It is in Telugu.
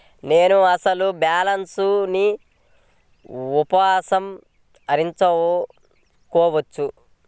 నేను నా అసలు బాలన్స్ ని ఉపసంహరించుకోవచ్చా?